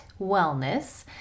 Wellness